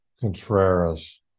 Contreras